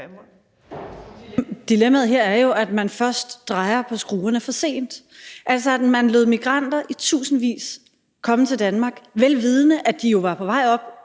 dilemmaet her er jo, at man først drejede på skruerne for sent, altså at man lod migranter i tusindvis komme til Danmark, vel vidende at de var på vej op